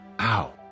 Ow